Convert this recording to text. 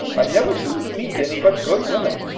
i never seem to meet any but good women.